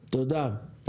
תודה.